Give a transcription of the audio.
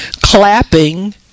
clapping